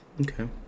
okay